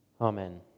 Amen